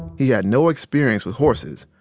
he had no experience with horses,